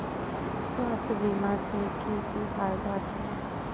स्वास्थ्य बीमा से की की फायदा छे?